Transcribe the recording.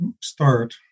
start